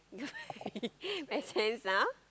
I sense now